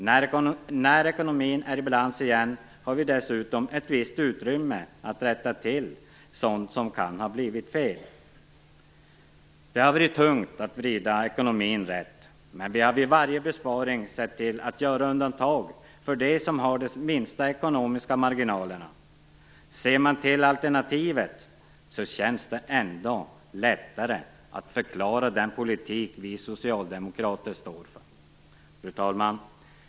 När ekonomin är i balans igen har vi dessutom ett visst utrymme att rätta till det sådant som kan ha blivit fel. Det har varit tungt att vrida ekonomin rätt, men vi har vid varje besparing sett till att göra undantag för dem som har de minsta ekonomiska marginalerna. Ser man till alternativet känns det ändå lättare att förklara den politik som vi socialdemokrater står för. Fru talman!